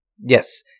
Yes